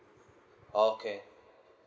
oh okay